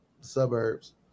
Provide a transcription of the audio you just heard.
suburbs